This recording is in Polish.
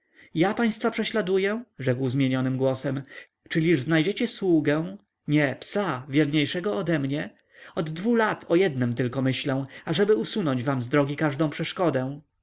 ja państwa prześladuję rzekł zmienionym głosem czyliż znajdziecie sługę nie psa wierniejszego odemnie od dwu lat o jednem tylko myślę ażeby usunąć wam z drogi każdą przeszkodę